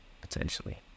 potentially